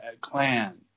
clan